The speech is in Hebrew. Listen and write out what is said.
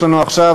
יש לנו עכשיו,